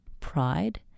pride